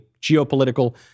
geopolitical